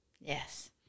Yes